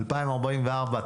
2,044,